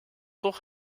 toch